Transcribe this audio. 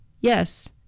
Yes